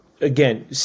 again